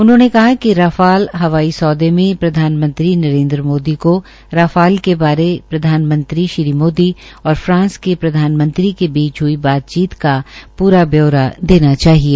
उन्होंने कहा कि राफेल हवाई सौदे मे प्रधानमंत्री नरेन्द्र मोदी को राफेल के बारे प्रधानमंत्री श्री मोदी और फ्रांस के प्रधानमंत्री के बीच हुई बातचीत का पूरा ब्यौरा देना चाहिए